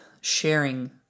sharing